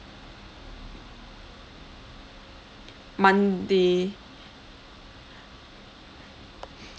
monday